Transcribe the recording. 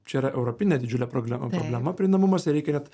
čia yra europinė didžiulė problema problema prieinamumas ir reikia net